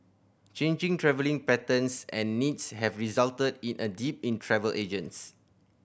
changing travelling patterns and needs have resulted in a dip in travel agents